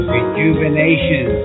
Rejuvenation